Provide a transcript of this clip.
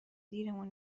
دیرمون